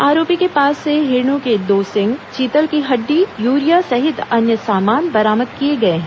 आरोपी के पास से हिरणों के दो सींग चीतल के हड्डी यूरिया सहित अन्य सामान बरामद किए गए हैं